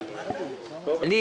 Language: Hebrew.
ראובן קוגן,